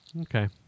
Okay